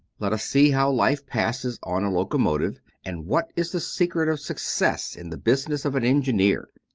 let us see how life passes on a locomotive, and what is the secret of success in the business of an engineer.